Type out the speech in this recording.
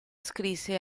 scrisse